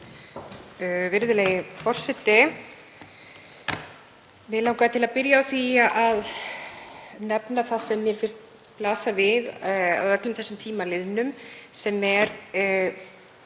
Mig langaði til að byrja á því að nefna það sem mér finnst blasa við að öllum þessum tíma liðnum, sem er